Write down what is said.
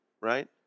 right